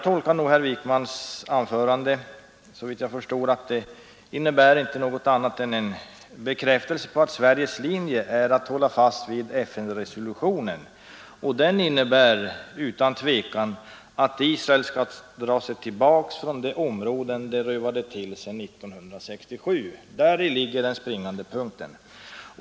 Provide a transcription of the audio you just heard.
Herr Wickmans anförande innebär, såvitt jag kan förstå, inte något annat än en bekräftelse på att Sveriges linje är att hålla fast vid FN-resolutionen, och den innebär utan tvekan att Israel skall dra sig tillbaka från de områden det rövade till sig 1967. Däri ligger den springande punkten.